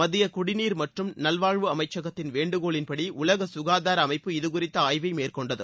மத்திய குடிநீர் மற்றும் நலவாழ்வு அமைச்சகத்தின் வேண்டுகோளின்படி உலக சுகாதார அமைப்பு இதுகுறித்த ஆய்வை மேற்கொண்டது